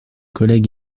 collègues